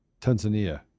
Tanzania